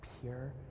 pure